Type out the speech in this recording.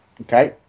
Okay